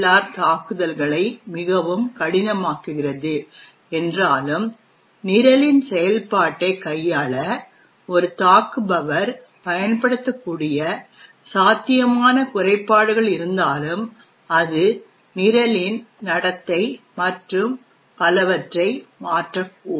R தாக்குதல்களை மிகவும் கடினமாக்குகிறது என்றாலும் நிரலின் செயல்பாட்டைக் கையாள ஒரு தாக்குபவர் பயன்படுத்தக்கூடிய சாத்தியமான குறைபாடுகள் இருந்தாலும் அது நிரலின் நடத்தை மற்றும் பலவற்றை மாற்றக்கூடும்